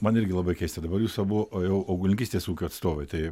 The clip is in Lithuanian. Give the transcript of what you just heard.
man irgi labai keista dabar jūs abu jau augalininkystės ūkio atstovai tai